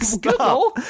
Google